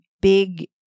big